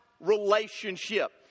relationship